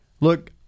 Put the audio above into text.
Look